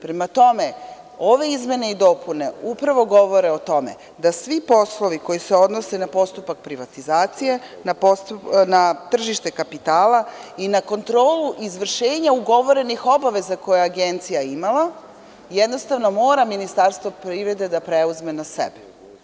Prema tome, ove izmene i dopune upravo govore o tome da svi poslovi koji se odnose na postupak privatizacije na tržište kapitala i na kontrolu izvršenja ugovorenih obaveza koje je agencija imala jednostavno mora Ministarstvo privrede da preuzme na sebe.